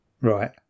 Right